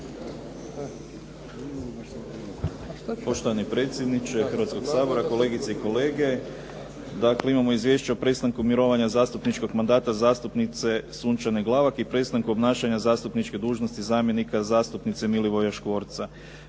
Poštovani predsjedniče Hrvatskoga sabora, kolegice i kolege. Imamo izvješće o prestanku mirovanja zastupničkog mandata zastupnice Sunčane Glavak i prestanku obnašanja zastupničke dužnosti zamjenika zastupnice Milivoja Škvorca.